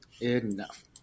enough